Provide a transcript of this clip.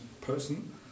person